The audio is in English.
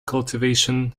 cultivation